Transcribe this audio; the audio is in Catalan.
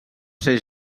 ser